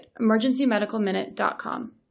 emergencymedicalminute.com